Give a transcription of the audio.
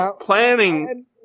planning –